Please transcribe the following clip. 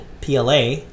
PLA